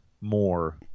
more